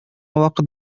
вакыт